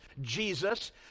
Jesus